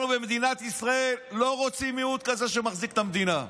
אנחנו במדינת ישראל לא רוצים מיעוט כזה שמחזיק את המדינה,